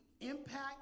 Impact